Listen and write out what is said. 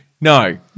No